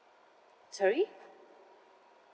sorry